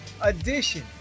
edition